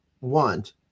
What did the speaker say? want